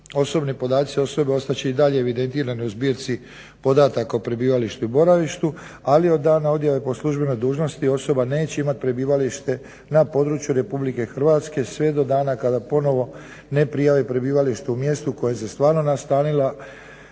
Osobni podaci osobe ostat će i dalje evidentirani u zbirci podataka o prebivalištu i boravištu. Ali od dana odjave po službenoj dužnosti osoba neće imati prebivalište na području Republike Hrvatske sve do dana kada ponovo ne prijavi prebivalište u mjestu u kojem se stvarno nastanila